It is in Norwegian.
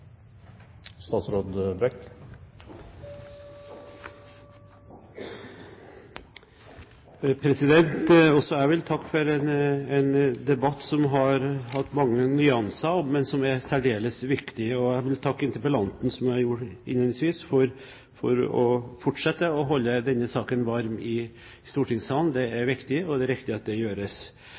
særdeles viktig, og jeg vil takke interpellanten, som jeg gjorde innledningsvis, for å fortsette å holde denne saken varm i stortingssalen. Det er viktig, og det er riktig at det gjøres.